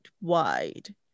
wide